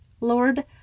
Lord